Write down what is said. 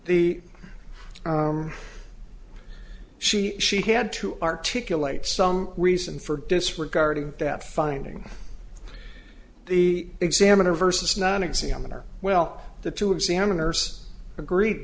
the she she had to articulate some reason for disregarding that finding the examiner versus not examiner well the two examiners agreed